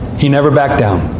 he never backed down.